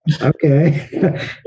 okay